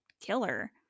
killer